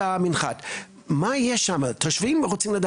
אם נדרש 900 מ' גם מצוין.